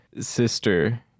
sister